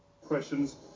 questions